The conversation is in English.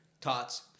Tots